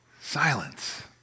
Silence